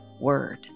word